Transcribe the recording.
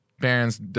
parents